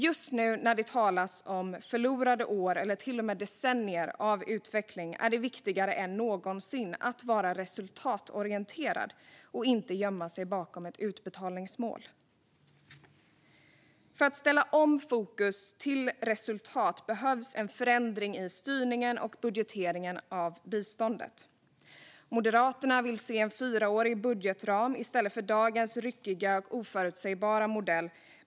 Just nu, när det talas om förlorade år eller till och med decennier av utveckling, är det viktigare än någonsin att vara resultatorienterad och inte gömma sig bakom ett utbetalningsmål. För att ställa om fokus till resultat behövs en förändring i styrningen och budgeteringen av biståndet. Moderaterna vill se en fyraårig budgetram i stället för dagens ryckiga och oförutsägbara modell.